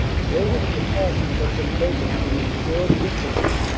the greatest precautions had been taken to ensure secrecy,